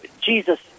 Jesus